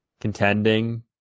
contending